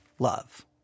Love